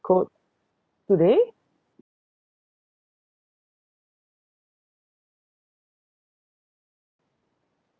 code today